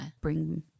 bring